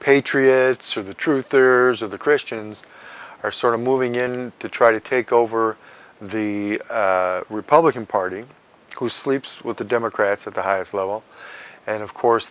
patriots are the truth of the christians are sort of moving in to try to take over the republican party who sleeps with the democrats at the highest level and of course